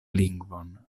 lingvon